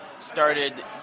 started